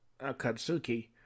Akatsuki